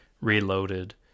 reloaded